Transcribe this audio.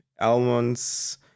almonds